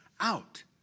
out